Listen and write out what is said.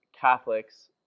Catholics